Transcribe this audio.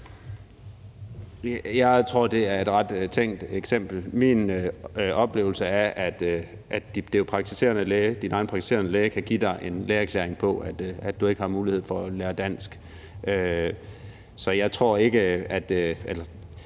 Jeg tror, det er et ret tænkt eksempel. Min oplevelse er, at din egen praktiserende læge kan give dig en lægeerklæring på, at du ikke har mulighed for at lære dansk. Men så må vi